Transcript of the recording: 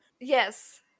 Yes